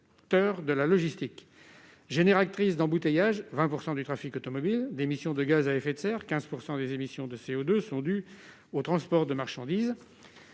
Génératrice d'embouteillages- elle représente 20 % du trafic automobile -, d'émissions de gaz à effet de serre- 15 % des émissions de CO2 sont dues au transport de marchandises